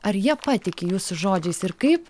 ar jie patiki jūsų žodžiais ir kaip